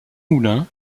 moulins